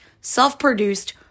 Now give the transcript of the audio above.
self-produced